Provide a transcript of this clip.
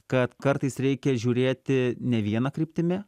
kad kartais reikia žiūrėti ne viena kryptimi